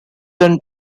than